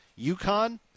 uconn